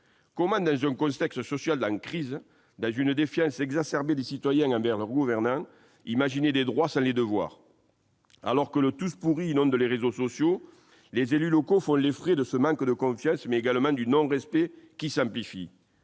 Comment, dans un contexte social en crise, dans une défiance exacerbée des citoyens envers leurs gouvernants, imaginer des droits sans devoirs ? Alors que le « tous pourris » inonde les réseaux sociaux, les élus locaux font les frais de ce manque de confiance, mais également de l'absence de respect, qui s'amplifie.